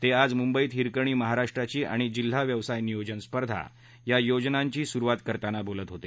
ते आज मुंबईत हिरकणी महाराष्ट्राची आणि जिल्हा व्यवसाय नियोजन स्पर्धा या योजनांची सुरुवात करताना बोलत होते